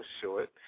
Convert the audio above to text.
short